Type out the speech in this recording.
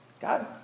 God